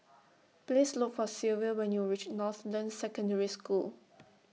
Please Look For Silvia when YOU REACH Northland Secondary School